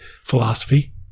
philosophy